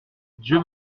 dieu